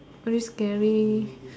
very scary